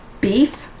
beef